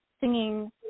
singing